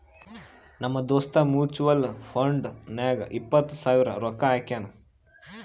ನಮ್ ದೋಸ್ತ mutual fund ನಾಗ್ ಎಪ್ಪತ್ ಸಾವಿರ ರೊಕ್ಕಾ ಹಾಕ್ಯಾನ್